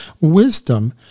Wisdom